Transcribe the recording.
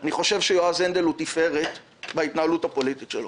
אני חושב שיועז הנדל הוא תפארת בהתנהלות הפוליטית שלו.